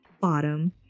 bottom